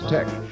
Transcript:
Tech